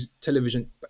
television